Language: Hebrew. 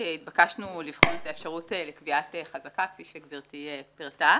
התבקשנו לבחון את האפשרות לקביעת חזקה כפי שגברתי פירטה.